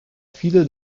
viele